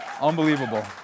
Unbelievable